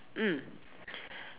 mm